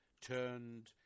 turned